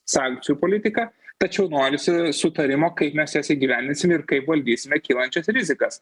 sankcijų politiką tačiau norisi sutarimo kaip mes jas įgyvendinsim ir kaip valdysime kylančias rizikas